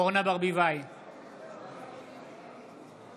אינה נוכחת מאי גולן, נגד יואב